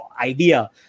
idea